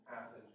passage